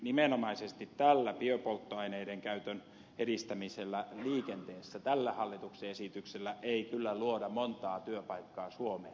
nimenomaisesti tällä biopolttoaineiden käytön edistämisellä liikenteessä tällä hallituksen esityksellä ei kyllä luoda montaa työpaikkaa suomeen